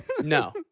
No